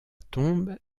tombe